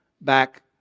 back